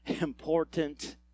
important